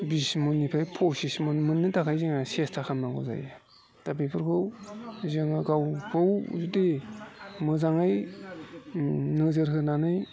बिस मननिफ्राय पसिस मननि थाखाय जोङो सेस्ता खालामनांगौ जायो दा बेफोरखौ जोङो गावबा गाव जुदि मोजाङै नोजोर होनानै